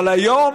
אבל היום,